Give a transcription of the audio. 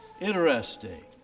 interesting